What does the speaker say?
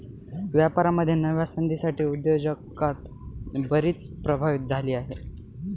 व्यापारामध्ये नव्या संधींसाठी उद्योजकता बरीच प्रभावित झाली आहे